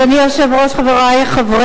ואני לא רוצה לחשוב אם